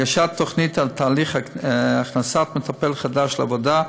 הגשת תוכנית על תהליך הכנסת מטפל חדש לעבודה,